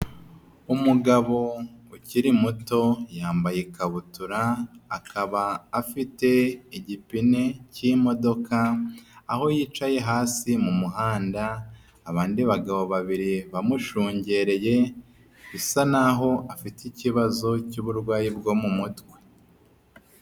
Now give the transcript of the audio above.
Umugabo ukiri muto, yambaye ikabutura, akaba afite igipine cy'imodoka, aho yicaye hasi mu muhanda, abandi bagabo babiri bamushungereye, bisa naho afite ikibazo, cy'uburwayi bwo mu mutwe.